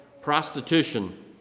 Prostitution